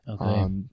Okay